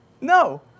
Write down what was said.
No